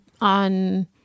on